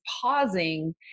pausing